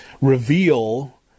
reveal